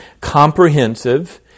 comprehensive